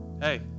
Hey